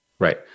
Right